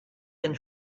den